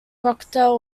proctor